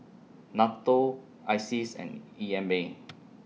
NATO ISEAS and E M A